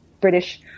British